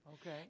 Okay